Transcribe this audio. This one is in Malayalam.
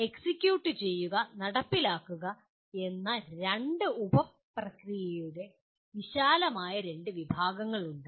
എക്സിക്യൂട്ട് ചെയ്യുക നടപ്പിലാക്കുക എന്ന രണ്ട് ഉപ പ്രക്രിയകളുടെ വിശാലമായ രണ്ട് വിഭാഗങ്ങളുണ്ട്